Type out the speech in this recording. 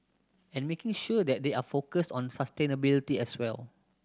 and making sure that they are focused on sustainability as well